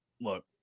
Look